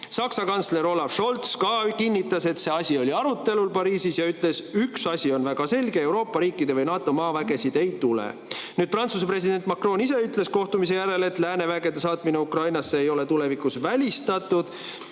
Saksa kantsler Olaf Scholz kinnitas ka, et see asi oli Pariisis arutelul, ja ütles, et üks asi on väga selge: Euroopa riikide või NATO maavägesid ei tule. Prantsuse president Macron ise ütles kohtumise järel, et lääne vägede saatmine Ukrainasse ei ole tulevikus välistatud.